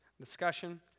discussion